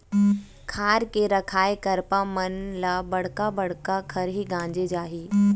खार के रखाए करपा मन ल बड़का बड़का खरही गांजे जाही